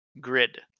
Grid